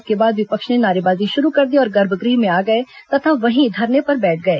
इसके बाद विपक्ष ने नारेबाजी शुरू कर दी और गर्भगृह में आ गए तथा वहीं धरने पर बैठ गए